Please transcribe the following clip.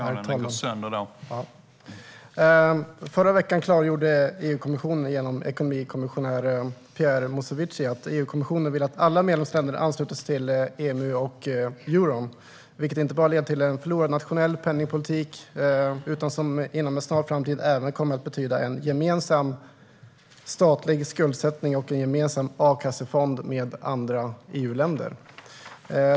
Herr talman! Förra veckan klargjorde EU-kommissionen genom ekonomikommissionären Pierre Moscovici att EU-kommissionen vill att alla medlemsländerna ansluter sig till EMU och euron, vilket inte bara leder till en förlorad nationell penningpolitik utan även inom en snar framtid kommer att betyda en gemensam statlig skuldsättning och en gemensam a-kassefond med andra EU-länder.